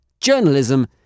journalism